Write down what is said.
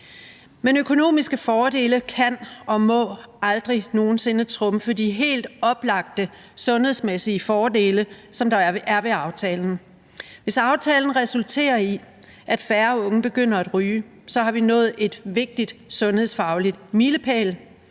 Men økonomiske fordele kan og må aldrig nogen sinde trumfe de helt oplagte sundhedsmæssige fordele, der er ved aftalen. Hvis aftalen resulterer i, at færre unge begynder at ryge, har vi nået en vigtig sundhedsfaglig milepæl,